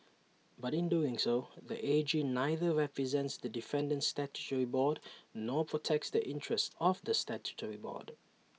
but in doing so the A G neither represents the defendant statutory board nor protects the interests of the statutory board